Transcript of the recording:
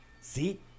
See